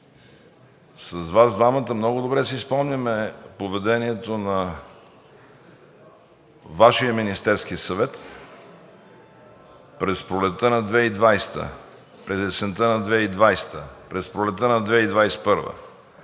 с Вас много добре си спомняме поведението на Вашия Министерски съвет през пролетта на 2020 г., през есента на 2020 г., през пролетта на 2021 г.